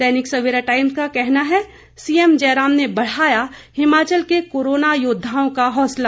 दैनिक Savera Times का कहना है सीएम जयराम ने बढ़ाया हिमाचल के कोरोना योद्धाओं का हौसला